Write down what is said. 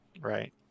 Right